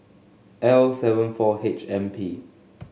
L seven four H M P